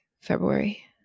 February